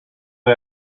the